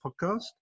podcast